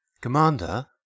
Commander